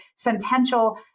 sentential